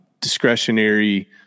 discretionary